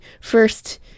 first